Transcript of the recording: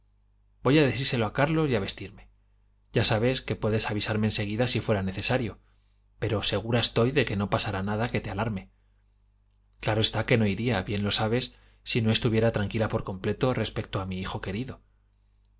voy á decírselo a carlos y a vestirme ya sabes que puedes avisarme en seguida si fuera necesario pero segura estoy de que no pasará nada que te alarme claro está que no iría bien lo sabes si no estuviera tranquila por completo respecto a mi hijo querido